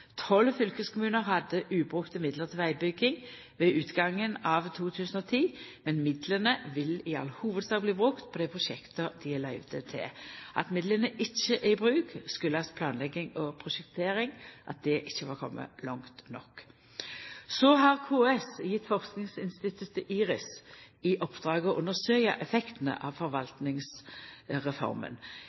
Tolv fylkeskommunar hadde ubrukte midlar til vegbygging ved utgangen av 2010, men midlane vil i all hovudsak bli brukte på dei prosjekta dei er løyvde til. At midlane ikkje er brukte, har si årsak i at planlegging og prosjektering ikkje har kome langt nok. KS har gjeve forskingsinstituttet IRIS i oppdrag å undersøkja effektane av Forvaltningsreforma.